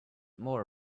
more